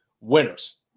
winners